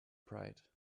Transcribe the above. pride